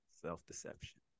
self-deception